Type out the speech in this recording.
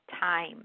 time